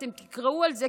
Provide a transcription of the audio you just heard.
אתם תקראו על זה,